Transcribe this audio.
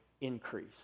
increase